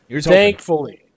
thankfully